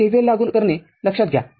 तर KVL लागू करणे लक्षात घ्या